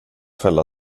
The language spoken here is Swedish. fälla